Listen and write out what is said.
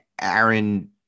Aaron